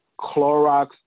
Clorox